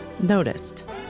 noticed